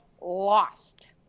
lost